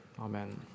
amen